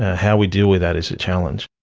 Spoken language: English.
how we deal with that is a challenge.